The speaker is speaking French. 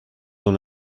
dans